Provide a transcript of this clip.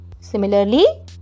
Similarly